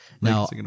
Now